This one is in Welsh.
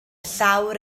llawr